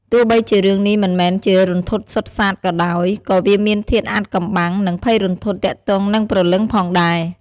ទោះបីជារឿងនេះមិនមែនជារន្ធត់សុទ្ធសាធក៏ដោយ ក៏វាមានធាតុអាថ៌កំបាំង និងភ័យរន្ធត់ទាក់ទងនឹងព្រលឹងផងដែរ។